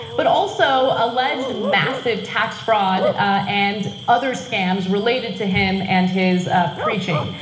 but also alleged massive tax fraud and other scams related to him and his preaching.